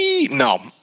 No